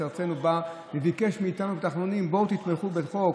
הרצנו בא וביקש מאיתנו בתחנונים: בואו תתמכו בחוק,